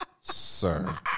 sir